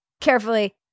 carefully